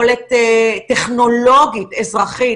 יכולת טכנולוגית-אזרחית,